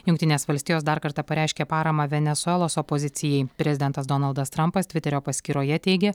jungtinės valstijos dar kartą pareiškė paramą venesuelos opozicijai prezidentas donaldas trampas tviterio paskyroje teigia